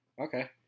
Okay